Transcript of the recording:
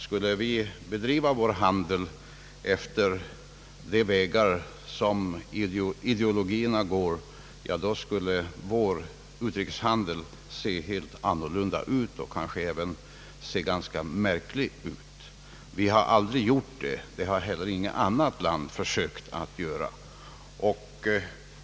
Skulle vi bedriva vår handel efter de vägar som ideologierna går, då skulle vår utrikeshandel se helt annorlunda ut, och kanske ganska märklig. Vi har aldrig gjort det, och det har inget annat land sökt göra.